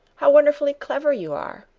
how wonderfully clever you are!